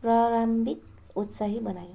प्रारम्भिक उत्साही बनायो